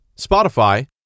Spotify